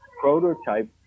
prototype